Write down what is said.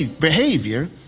behavior